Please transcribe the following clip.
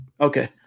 Okay